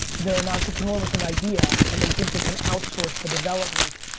they're an entrepreneur with an idea, and they think they can outsource the development.